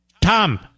Tom